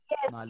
Yes